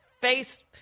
face